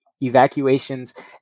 evacuations